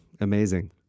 amazing